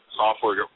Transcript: software